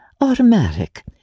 automatic